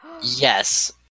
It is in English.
Yes